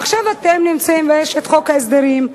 עכשיו אתם נמצאים, ויש חוק ההסדרים.